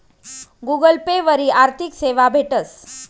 Google Pay वरी आर्थिक सेवा भेटस